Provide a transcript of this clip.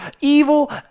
evil